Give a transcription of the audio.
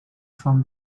from